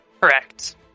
Correct